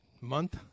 month